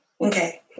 Okay